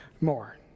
more